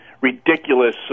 ridiculous